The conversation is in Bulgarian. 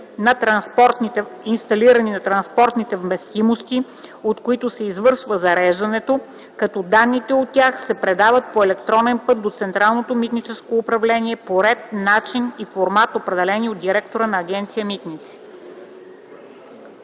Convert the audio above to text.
на транспортните вместимости, от които се извършва зареждането, като данните от тях се предават по електронен път до Централното митническо управление по ред, начин и формат, определени от директора на Агенция „Митници”.”